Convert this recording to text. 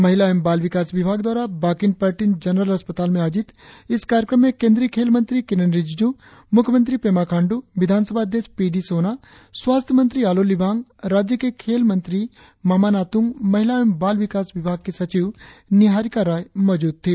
महिला एवं बाल विकास विभाग द्वारा बाकिन पर्टिन जनरल अस्पताल में आयोजित इस कार्यक्रम में केंद्रीय खेल मंत्री किरेन रिजिजू मुख्यमंत्री पेमा खांडू विधानसभा अध्यक्ष पी डी सोना स्वास्थ्य मंत्री आलो लिबांग राज्य के खेल मंत्री मामा नातुंग महिला एवं बाल विकास विभाग की सचिव निहारिका राय मौजूद थे